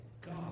God